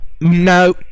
No